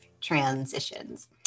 transitions